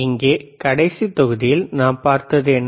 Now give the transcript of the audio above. இங்கே கடைசி தொகுதியில் நாம் பார்த்தது என்ன